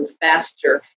faster